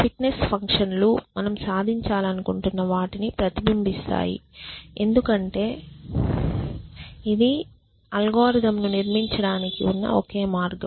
fitness function లు మనం సాధించాలనుకుంటున్న వాటిని ప్రతిబింబిస్తాయి ఎందుకంటే ఇది అల్గోరిథంను ననిర్మిండానికి ఒకే మార్గం